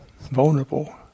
vulnerable